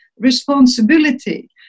responsibility